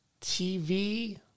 TV